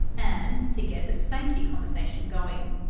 and to get the safety conversation going.